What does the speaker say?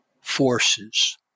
forces